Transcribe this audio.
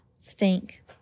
stink